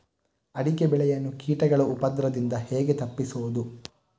ಅಡಿಕೆ ಬೆಳೆಯನ್ನು ಕೀಟಗಳ ಉಪದ್ರದಿಂದ ಹೇಗೆ ತಪ್ಪಿಸೋದು?